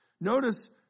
Notice